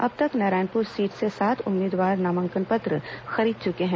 अब तक नारायणपुर सीट से सात उम्मीदवार नामांकन पत्र खरीद चुके हैं